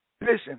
Listen